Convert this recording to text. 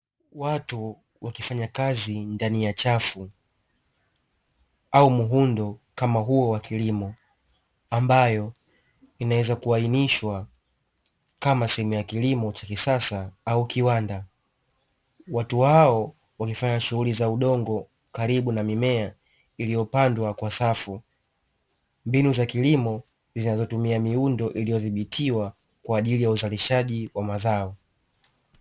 Watu wakifanya kazi ndani ya chafu au muhundo kama huo wa kilimo ambayo inaweza kuainishwa kama sehemu ya kilimo cha kisasa au kiwanda cha watu hao wakifanya shughuli za udongo karibu na mimea iliyopandwa kwa safu mbinu za kilimo zinazotumia miundo iliyodhibitiwa kwa ajili ya uzalishaji wa mazao.